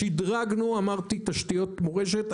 שידרגנו תשתיות מורשת,